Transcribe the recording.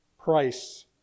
price